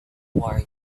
toward